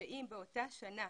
שאם באותה שנה,